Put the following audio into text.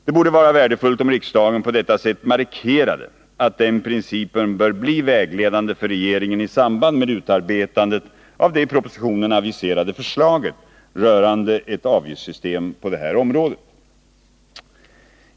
Det vore värdefullt om riksdagen på detta sätt markerade att den principen bör bli vägledande för regeringen i samband med utarbetandet av det i propositionen aviserade förslaget rörande ett avgiftssystem på det här området.